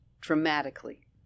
dramatically